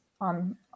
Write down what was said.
on